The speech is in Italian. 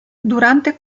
durante